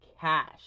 cash